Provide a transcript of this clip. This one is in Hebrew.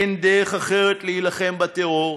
אין דרך אחרת להילחם בטרור.